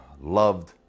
loved